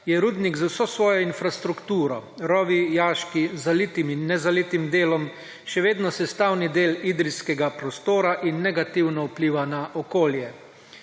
je rudnik z vso svojo infrastrukturo, rovi, jaški, zalitim in nezalitim delom, še vedno sestavni del idrijskega prostora in negativno vpliva na okolje.